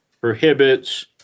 prohibits